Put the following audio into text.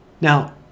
Now